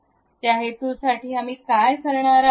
त्या हेतूसाठी आम्ही काय करणार आहोत